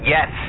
Yes